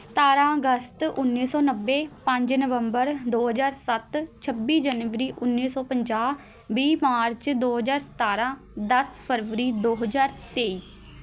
ਸਤਾਰ੍ਹਾਂ ਅਗਸਤ ਉੱਨੀ ਸੌ ਨੱਬੇ ਪੰਜ ਨਵੰਬਰ ਦੋ ਹਜ਼ਾਰ ਸੱਤ ਛੱਬੀ ਜਨਵਰੀ ਉੱਨੀ ਸੌ ਪੰਜਾਹ ਵੀਹ ਮਾਰਚ ਦੋ ਹਜ਼ਾਰ ਸਤਾਰ੍ਹਾਂ ਦਸ ਫਰਵਰੀ ਦੋ ਹਜ਼ਾਰ ਤੇਈ